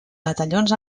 batallons